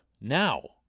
now